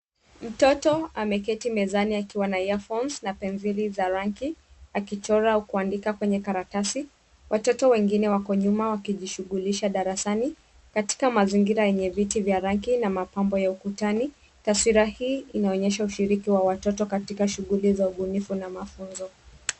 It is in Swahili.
Mtoto ameketi mezani akiwa na earphones na penseli za rangi akichora kuandika kwenye karatasi. Watoto wengine wako nyuma wakijishughulisha darasani katika mazingira yenye viti vya rangi na mapambo ya ukutani. Taswira hii inaonyesha ushiriki wa watoto katika shughuli za ubunifu na mafunzo.